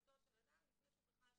בחפותו של אדם כל עוד לא הוכחה אשמתו.